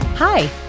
Hi